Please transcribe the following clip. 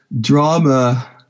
drama